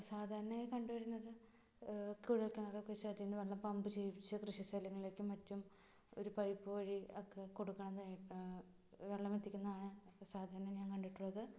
സാധാരണയായി കണ്ടുവരുന്നത് കുഴൽക്കിണറൊക്കെ വെച്ചതില്നിന്ന് വെള്ളം പമ്പ് ചെയ്യിപ്പിച്ച് കൃഷി സലങ്ങളിലേക്കും മറ്റും ഒരു പൈപ്പ് വഴിയൊക്കെ കൊടുക്കുന്നത് വെള്ളം എത്തിക്കുന്നതാണ് സാധാരണ ഞാൻ കണ്ടിട്ടുള്ളത്